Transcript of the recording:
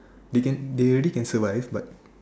they can they already can survive but